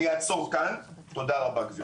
אני אעצור כאן, תודה רבה, גברתי.